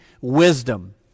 wisdom